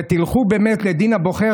ותלכו באמת לדין הבוחר,